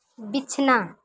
ᱵᱤᱪᱷᱱᱟᱹ